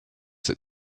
that